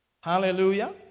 Hallelujah